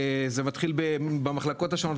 זה מתחיל במחלקות השונות,